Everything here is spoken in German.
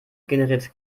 generiert